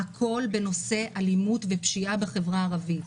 הכול בנושא אלימות ופשיעה בחברה הערבית.